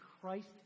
christ